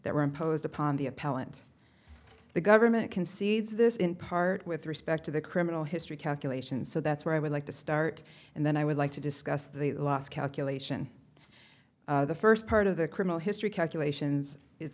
that were imposed upon the appellant the government concedes this in part with respect to the criminal history calculation so that's where i would like to start and then i would like to discuss the last calculation the first part of the criminal history calculations is